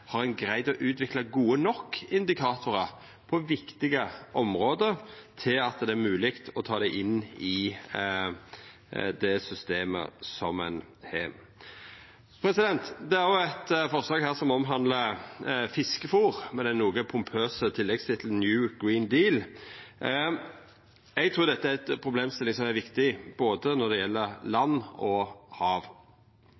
Har ein greidd å utvikla gode nok indikatorar på viktige område til at det er mogleg å ta dei inn i det systemet ein har? Det er òg eit forslag her som omhandlar fiskefôr, med den noko pompøse tilleggstittelen «grønn ny deal». Eg trur dette er ei problemstilling som er viktig når det gjeld